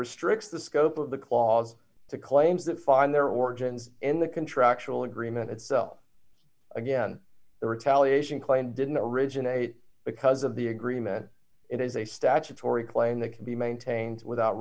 restricts the scope of the clause to claims that find their origins in the contractual agreement itself again the retaliation claimed didn't originate because of the agreement it is a statutory claim that can be maintained without